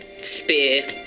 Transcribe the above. spear